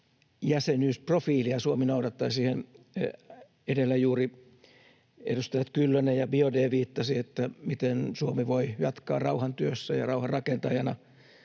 Suomi noudattaisi. Siihen edellä juuri edustajat Kyllönen ja Biaudet viittasivat, että miten Suomi voi jatkaa rauhantyössä ja rauhan rakentajana,